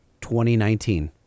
2019